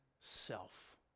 self